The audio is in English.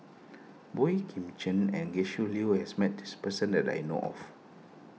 Boey Kim Cheng and Gretchen Liu has met this person that I know of